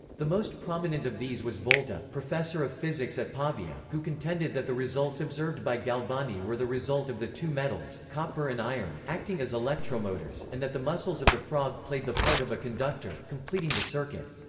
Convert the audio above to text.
the most prominent of these was volta, professor of physics at pavia, who contended that the results observed by galvani were the result of the two metals, copper and iron, acting as electromotors, and that the muscles of the frog played the part of a conductor, completing the circuit.